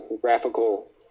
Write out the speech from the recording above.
graphical